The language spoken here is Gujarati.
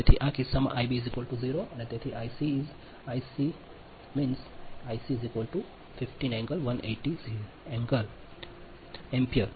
તેથી આ કિસ્સામાં આઇબી 0 તેથી Ic is Icmeans Ic 15 180° ampere